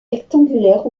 rectangulaires